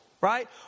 Right